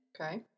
Okay